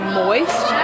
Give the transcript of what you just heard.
moist